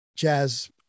Jazz